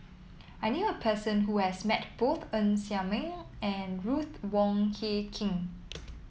I knew a person who has met both Ng Ser Miang and Ruth Wong Hie King